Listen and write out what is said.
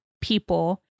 people